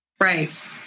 Right